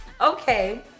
Okay